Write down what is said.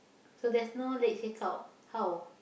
so there's no late check-out how